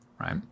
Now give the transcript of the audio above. right